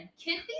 kids